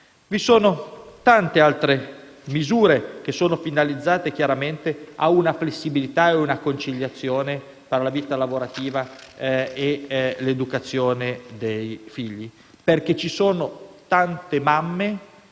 Vi sono tante altre misure che sono finalizzate, chiaramente, a una flessibilità e a una conciliazione tra la vita lavorativa e l'educazione dei figli, perché ci sono tante mamme